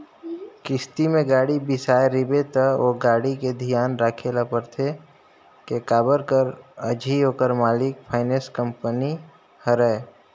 किस्ती में गाड़ी बिसाए रिबे त ओ गाड़ी के धियान राखे ल परथे के काबर कर अझी ओखर मालिक फाइनेंस कंपनी हरय